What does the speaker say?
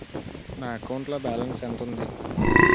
నా అకౌంట్ లో బాలన్స్ ఎంత ఉంది?